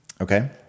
Okay